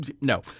No